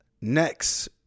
Next